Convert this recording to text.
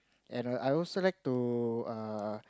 and I also like to err